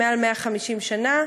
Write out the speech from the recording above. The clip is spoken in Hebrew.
מעל 150 שנה,